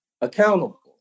accountable